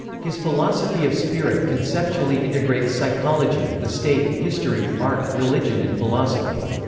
his philosophy of spirit conceptually integrates psychology, the state, history, art, religion and philosophy.